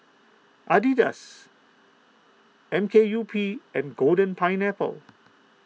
Adidas M K U P and Golden Pineapple